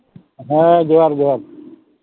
ᱦᱮᱸ ᱡᱚᱦᱟᱨ ᱡᱚᱦᱟᱨ